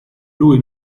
lui